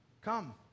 Come